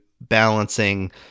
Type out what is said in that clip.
balancing